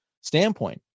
standpoint